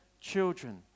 children